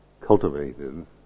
cultivated